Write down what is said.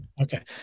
Okay